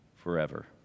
Forever